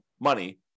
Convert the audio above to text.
money